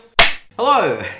Hello